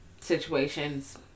situations